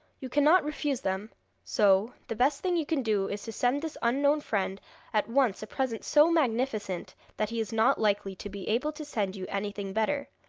you cannot refuse them so the best thing you can do is to send this unknown friend at once a present so magnificent that he is not likely to be able to send you anything better,